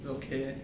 it's okay